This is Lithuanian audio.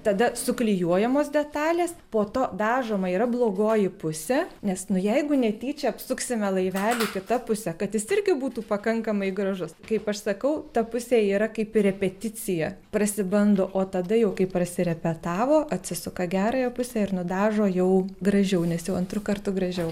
tada suklijuojamos detalės po to dažoma yra blogoji pusė nes nu jeigu netyčia apsuksime laivelį kita puse kad jis irgi būtų pakankamai gražus kaip aš sakau ta pusė yra kaip repeticija prasibando o tada jau kai prasirepetavo atsisuka gerąją pusę ir nudažo jau gražiau nes jau antru kartu gražiau